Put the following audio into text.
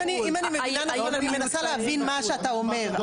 אם מנסה להבין מה שאתה אומר.